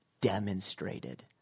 Demonstrated